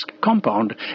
compound